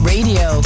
Radio